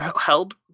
held